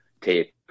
tape